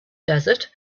desert